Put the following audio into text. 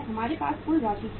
हमारे पास कुल राशि थी